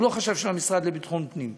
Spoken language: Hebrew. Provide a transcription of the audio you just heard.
הוא לא חשב של המשרד לביטחון פנים.